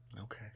Okay